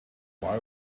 why